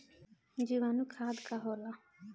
जीवाणु खाद का होला?